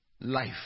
life